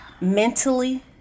mentally